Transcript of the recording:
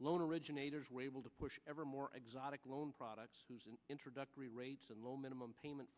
loan originators were able to push ever more exotic loan products and introductory rates and low minimum payment